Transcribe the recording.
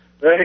Hey